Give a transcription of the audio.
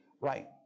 Right